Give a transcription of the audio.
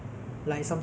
so